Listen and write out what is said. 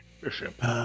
Bishop